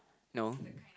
no